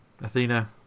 Athena